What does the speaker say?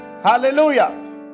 Hallelujah